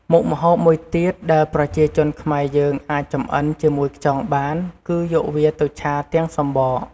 មុខម្ហូបមួយទៀតដែលប្រជាជនខ្មែរយើងអាចចម្អិនជាមួយខ្យងបាន គឺយកវាទៅឆាទាំងសំបក។